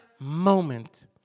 moment